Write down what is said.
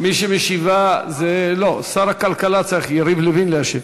מי שמשיבה, לא, שר הכלכלה, יריב לוין צריך להשיב.